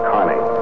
Carney